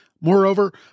Moreover